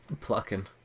Plucking